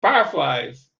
fireflies